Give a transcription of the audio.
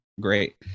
Great